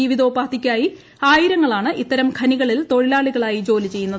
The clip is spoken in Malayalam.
ജീവിതോപാധിക്കായി ആയിരങ്ങളാണ് ഇത്തരം ഖനികളിൽ തൊഴിലാളികളായി ജോലി ചെയ്യുന്നത്